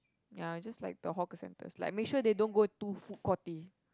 ya it's just like the hawker centers like make sure they don't go too food Courty